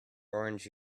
orange